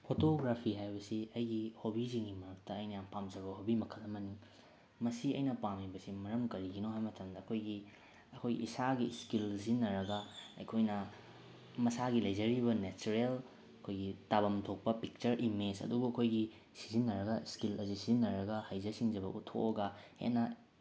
photography ꯍꯥꯏꯕꯁꯤ ꯑꯩꯒꯤ ꯍꯣꯕꯤꯁꯤꯡꯒꯤ ꯃꯔꯛꯇ ꯑꯩꯅ ꯌꯥꯝ ꯄꯥꯝꯖꯕ ꯍꯣꯕꯤ ꯃꯈꯜ ꯑꯃꯅꯤ ꯃꯁꯤ ꯑꯩꯅ ꯄꯥꯝꯂꯤꯕꯁꯤ ꯃꯔꯝ ꯀꯔꯤꯒꯤꯅꯣ ꯍꯥꯏ ꯃꯇꯝꯗ ꯑꯩꯈꯣꯏꯒꯤ ꯑꯩꯈꯣꯏ ꯏꯁꯥꯒꯤ ꯏꯁꯀꯤꯜ ꯁꯤꯖꯤꯟꯅꯔꯒ ꯑꯩꯈꯣꯏꯅ ꯃꯁꯥꯒꯤ ꯂꯩꯖꯔꯤꯕ ꯅꯦꯆꯔꯦꯜ ꯑꯩꯈꯣꯏꯒꯤ ꯇꯥꯐꯝ ꯊꯣꯛꯄ ꯄꯤꯛꯆꯔ ꯏꯃꯦꯖ ꯑꯗꯨꯕꯨ ꯑꯩꯈꯣꯏꯒꯤ ꯁꯤꯖꯤꯟꯅꯔꯒ ꯏꯁꯀꯤꯜ ꯑꯁꯤ ꯁꯤꯖꯤꯟꯅꯔꯒ ꯍꯩꯖ ꯁꯤꯡꯖꯕ ꯎꯠꯊꯣꯛꯑꯒ ꯍꯦꯟꯅ